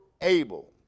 able